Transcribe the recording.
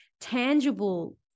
tangible